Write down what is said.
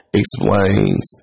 explains